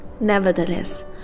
Nevertheless